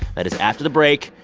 that is after the break.